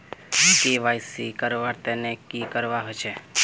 KYC करवार केते की करवा होचए?